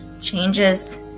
changes